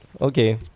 Okay